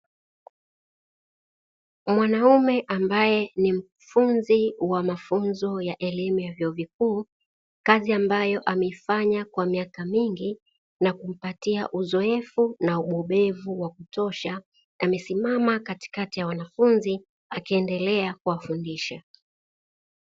Mwanaume ambae ni mkufunzi wa mafunzo ya elimu ya vyuo vikuu kazi ambayo ameifanya kwa miaka mingi na kumpatia uzoefu na ubobevu wa kutosha, amesimama katikati ya wanafunzi akiendelea kuwafundisha.